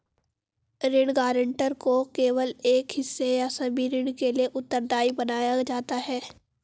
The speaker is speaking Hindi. ऋण गारंटर को केवल एक हिस्से या सभी ऋण के लिए उत्तरदायी बनाया जाता है